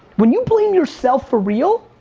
when you blame yourself for real,